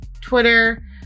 Twitter